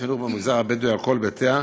החינוך במגזר הבדואי על כל היבטיה.